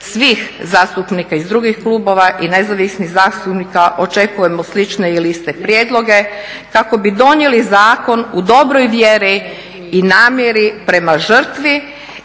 svih zastupnika iz drugih klubova i nezavisnih zastupnika očekujemo slične ili iste prijedloge kako bi donijeli zakon u dobroj vjeri i namjeri prema žrtvi